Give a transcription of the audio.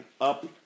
up